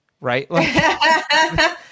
right